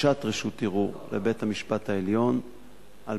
בקשת רשות ערעור לבית-המשפט העליון על